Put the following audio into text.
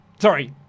Sorry